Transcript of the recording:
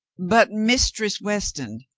but mistress weston,